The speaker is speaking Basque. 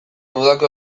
udako